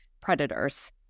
predators